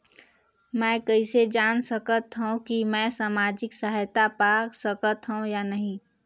मै कइसे जान सकथव कि मैं समाजिक सहायता पा सकथव या नहीं?